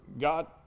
God